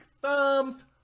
thumbs